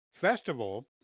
festival